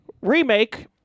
remake